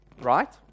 right